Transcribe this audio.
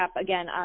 again